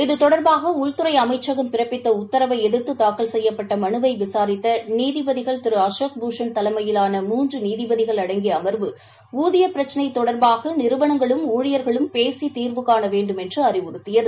இது தொடர்பாக உள்துறை அமைச்சகம் பிறப்பித்த உத்தரவை எதிர்த்து தாக்கல் செய்யப்பட்ட மனுவை விசாரித்த நீதிபதிகள் திரு அசோக்பூஷன் தலைமையிலான மூன்று நீதிபதிகள் அடங்கிய அம்வு ஊதிய பிரச்சினை தொடர்பாக நிறுவனங்களும் ஊழியர்களும் பேசி தீர்வுகாண வேண்டுமென்று அறிவுறுத்தியது